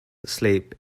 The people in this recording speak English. sleep